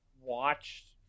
...watched